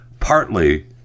partly